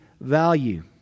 value